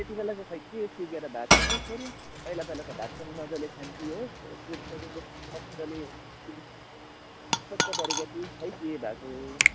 त्यति बेला खोइ के सिकेर भात खानै छोड्यो पहिला पहिला त भात पनि मजाले खान्थ्यो हो खोइ के भएको हो